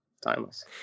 timeless